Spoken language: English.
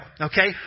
Okay